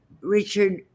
Richard